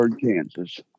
Kansas